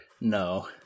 No